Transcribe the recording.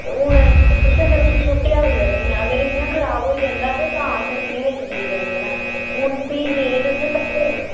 ते हून तुसें ते उसी सुट्टेआ कुदै भुञां अगर इ'यां ख़राब होई जंदा ते तां असें फ्री बिच्च ठीक करी देना हा हून फ्ही मेरे ते उत्थे पैसे लगदे